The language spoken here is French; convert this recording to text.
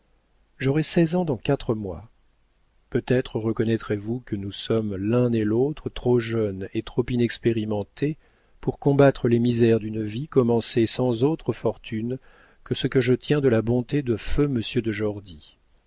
j'aurai seize ans dans quatre mois peut-être reconnaîtrez vous que nous sommes l'un et l'autre trop jeunes et trop inexpérimentés pour combattre les misères d'une vie commencée sans autre fortune que ce que je tiens de la bonté de feu monsieur de